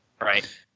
Right